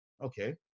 Okay